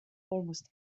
almost